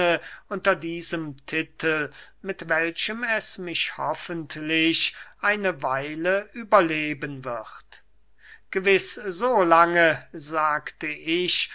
unter diesem titel mit welchem es mich hoffentlich eine weile überleben wird gewiß so lange sagte ich